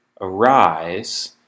arise